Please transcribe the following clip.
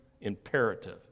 imperative